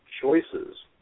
choices